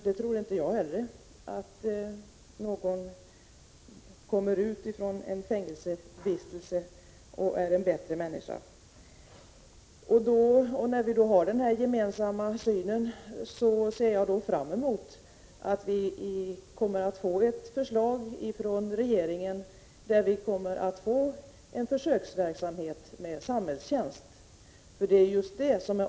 Jag tror inte heller att någon som kommer ut från en fängelsevistelse är en bättre människa. När vi då har denna gemensamma syn ser jag fram emot att vi kommer att få ett förslag från regeringen i vilket man föreslår en försöksverksamhet med samhällstjänst.